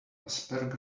asperger